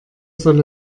soll